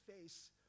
face